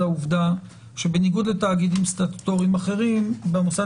העובדה שבניגוד לתאגידים סטטוטוריים אחרים - במוסד